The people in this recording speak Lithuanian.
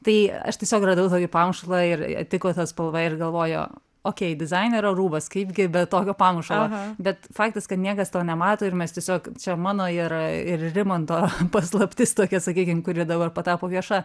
tai aš tiesiog radau tokį pamušalą ir tiko ta spalva ir galvoju okei dizainerio rūbas kaip gi be tokio pamušalo bet faktas kad niekas to nemato ir mes tiesiog čia mano ir ir rimanto paslaptis tokia sakykim kuri dabar patapo vieša